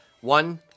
One